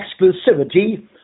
exclusivity